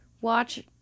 watch